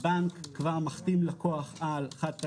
בנק מחתים לקוח על זה וזה,